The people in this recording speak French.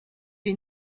les